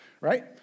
right